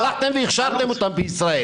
הלכתם והכשרתם אותם בישראל.